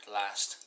last